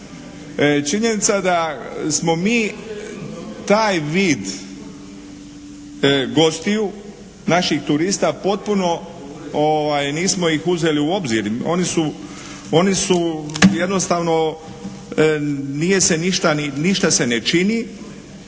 Činjenica da smo mi taj vid gostiju naših turista potpuno, nismo ih uzeli u obzir, oni su jednostavno nije se ništa,